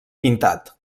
pintat